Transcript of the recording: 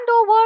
over